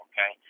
Okay